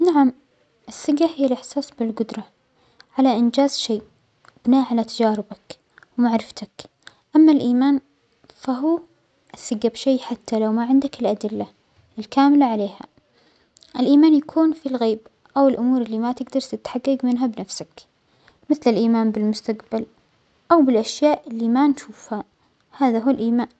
نعم، الصحة هى الإحساس بالجدرة على إنجاز شيء بناء على تجاربك ومعرفتك، أما الإيمان الثجة بشيء حتى لو ما عندك الأدلة الكاملة عليها، الإيمان يكون فالغيب أو الأمور اللى ما تجدر تتحجج منها بنفسك، مثل الإيمان بالمستجبل أو بالأشياء اللى ما نشوفها، هذا هو الإيمان.